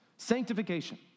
Sanctification